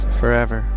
forever